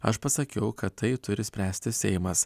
aš pasakiau kad tai turi spręsti seimas